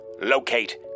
locate